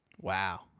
Wow